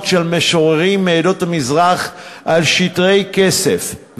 של משוררים מעדות המזרח על שטרי כסף,